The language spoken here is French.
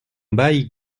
bail